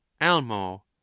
almo